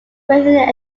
within